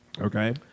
Okay